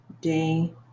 day